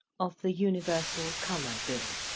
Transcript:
of the universal colour bill.